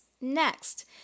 Next